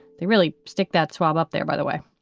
they really stick that swab up there. by the way.